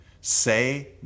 Say